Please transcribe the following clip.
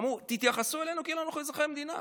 אמרו: תתייחסו אלינו כאילו אנחנו אזרחי המדינה.